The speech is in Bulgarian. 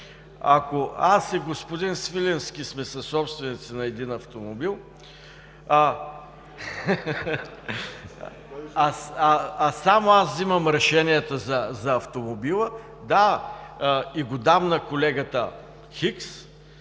Ако аз и господин Свиленски сме съсобственици на един автомобил (смее се), а само аз вземам решенията за автомобила, да, и го дам на колегата Хикс,